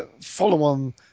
follow-on